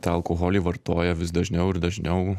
tą alkoholį vartoja vis dažniau ir dažniau